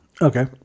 Okay